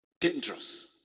Dangerous